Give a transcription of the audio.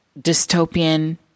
dystopian